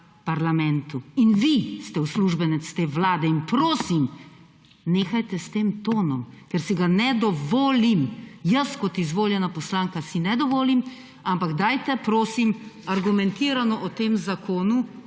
parlamentu in vi ste uslužbenec te vlade. In prosim, nehajte s tem tonom, ker si ga ne dovolim, jaz kot izvoljena poslanka si ne dovolim, ampak dajte, prosim, argumentirano o tem zakonu